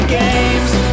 games